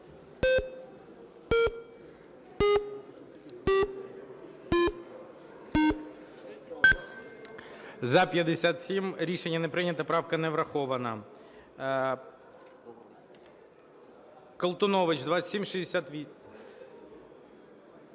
За-57 Рішення не прийнято. Правка не врахована.